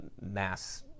mass